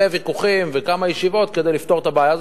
ויכוחים וכמה ישיבות כדי לפתור את הבעיה הזו.